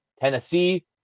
Tennessee